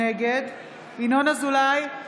נגד ינון אזולאי,